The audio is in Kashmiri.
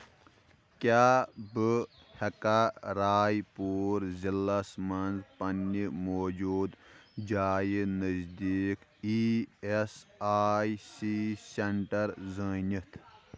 کیٛاہ بہٕ ہیٚکا راے پوٗر ضلعس مَنٛز پننہِ موٗجوٗدٕ جایہِ نزدیٖک E S I C centre زٲنِتھ